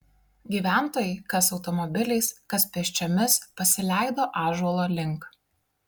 gyventojai kas automobiliais kas pėsčiomis pasileido ąžuolo link